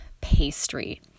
pastry